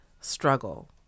Struggle